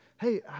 Hey